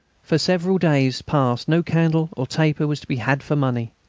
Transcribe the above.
for several days past no candle or taper was to be had for money.